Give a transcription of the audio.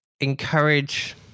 encourage